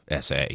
SA